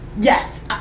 Yes